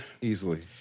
easily